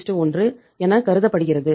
51 எனக் கருதப்படுகிறது